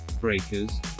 Breakers